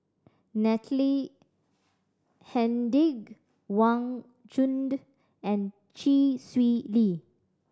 Natalie Hennedige Wang Chunde and Chee Swee Lee